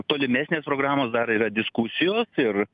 tolimesnės programos dar yra diskusijos ir